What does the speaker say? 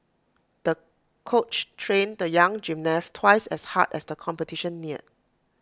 the coach trained the young gymnast twice as hard as the competition neared